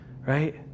right